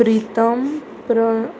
प्रितम प्र